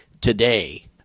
today